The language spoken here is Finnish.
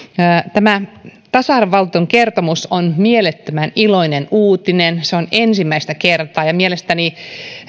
tämä tasa arvovaltuutetun kertomus on mielettömän iloinen uutinen se on täällä ensimmäistä kertaa ja mielestäni